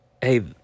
hey